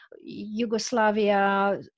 Yugoslavia